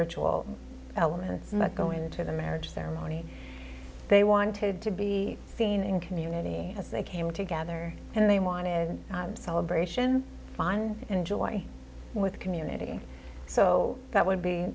ritual elements that go into the marriage ceremony they wanted to be seen in community as they came together and they wanted celebration fine enjoy with the community so that would be